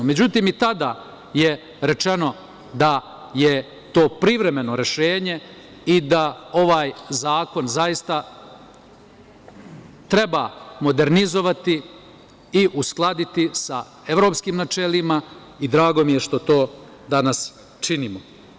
Međutim, i tada je rečeno da je to privremeno rešenje i da ovaj zakon zaista treba modernizovati i uskladiti sa evropskim načelima i drago mi je što to danas činimo.